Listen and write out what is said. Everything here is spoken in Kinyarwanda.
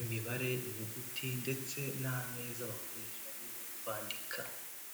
imibare, inyuguti ndetse n'ameza bakoresha iyo bari kwandika.